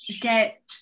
get